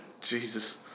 Jesus